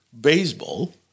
baseball